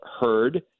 heard